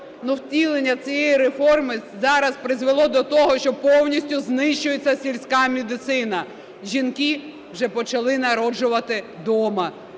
Втілення цієї реформи зараз призвело до того, що повністю знищується сільська медицина, жінки вже почали народжувати дома,